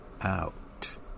out